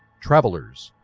travellers,